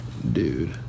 Dude